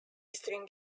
string